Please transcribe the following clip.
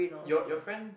your your friend